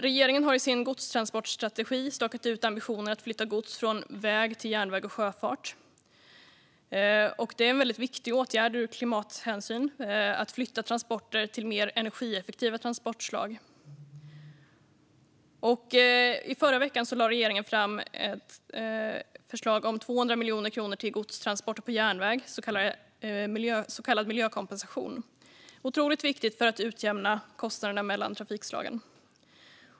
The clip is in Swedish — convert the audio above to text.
Regeringen har i sin godstransportstrategi stakat ut ambitionen att flytta gods från väg till järnväg och sjöfart. Det är en viktig åtgärd ur klimatsynpunkt att flytta transporter till mer energieffektiva transportslag. I förra veckan lade regeringen fram ett förslag om 200 miljoner kronor till godstransporter på järnväg, så kallad miljökompensation. Det är otroligt viktigt för att utjämna kostnaderna mellan trafikslagen.